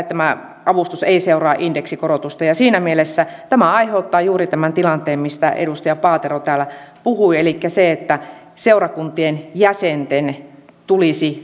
tämä avustus ei seuraa indeksikorotusta siinä mielessä tämä aiheuttaa juuri tämän tilanteen mistä edustaja paatero täällä puhui elikkä sen että seurakuntien jäsenten tulisi